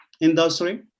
industry